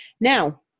Now